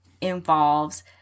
involves